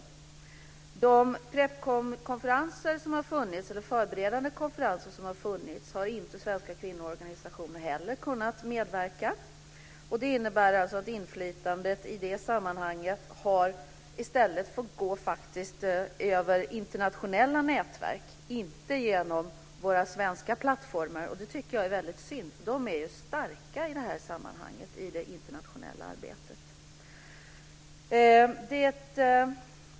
Vid de Prepcomkonferenser, eller förberedande konferenser, som har förekommit har inte svenska kvinnoorganisationer heller kunnat medverka. Det innebär att inflytandet i det sammanhanget i stället har fått gå över internationella nätverk, inte genom våra svenska plattformar. Det tycker jag är väldigt synd, för de är starka i det här sammanhanget, i det internationella arbetet.